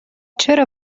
چرا